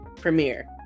Premiere